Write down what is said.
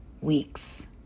weeks